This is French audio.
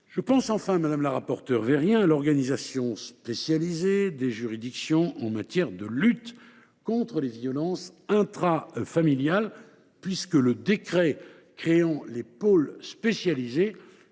Je pense enfin, madame la rapporteure Vérien, à l’organisation spécialisée des juridictions en matière de lutte contre les violences intrafamiliales, puisque le décret créant les pôles spécialisés